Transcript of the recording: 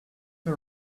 all